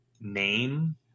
name